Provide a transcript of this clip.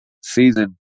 season